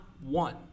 one